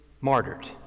martyred